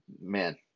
man